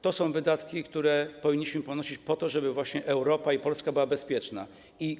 To są wydatki, które powinniśmy ponosić po to, żeby Europa i Polska były bezpieczne.